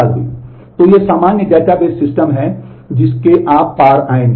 तो ये सामान्य डेटाबेस सिस्टम हैं जिसके आप पार आएंगे